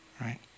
right